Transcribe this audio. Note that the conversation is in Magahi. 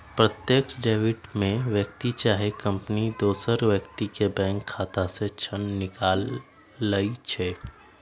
प्रत्यक्ष डेबिट में व्यक्ति चाहे कंपनी दोसर व्यक्ति के बैंक खता से धन निकालइ छै